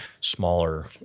smaller